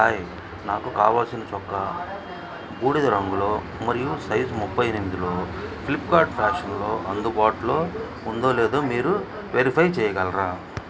hi నాకు కావాల్సిన చొక్కా బూడిద రంగులో మరియు సైజ్ ముప్పై ఎనిమిదిలో ఫ్లిప్కార్డ్ ఫ్యాషన్లో అందుబాట్లో ఉందో లేదో మీరు వెరిఫై చేయగలరా